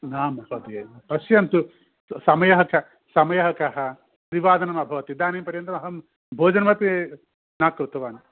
न महोदये पश्यन्तु समयः क् समयः कः त्रिवादनम् अभवत् इदानीं पर्यन्तम् अहं भोजनम् अपि न कृतवान्